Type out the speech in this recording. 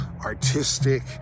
artistic